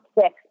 six